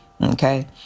Okay